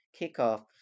kickoff